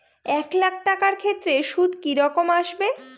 এক লাখ টাকার ক্ষেত্রে সুদ কি রকম আসবে?